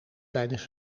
tijdens